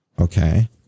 Okay